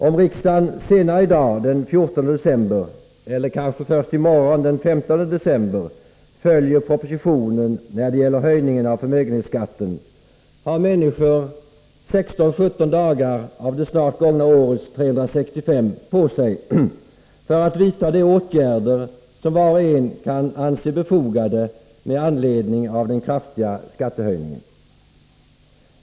Om riksdagen senare i dag den 14 december eller kanske först i morgon den 15 december följer propositionen när det gäller höjningen av förmögenhetsskatten, har människor 16 eller 17 dagar av det snart gångna årets 365 på sig för att vidta de åtgärder som var och en kan anse befogade med anledning av den kraftiga skattehöjningen.